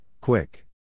quick